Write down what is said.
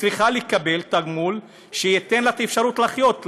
צריכה לקבל תגמול שייתן לה אפשרות לחיות,